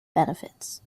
benefits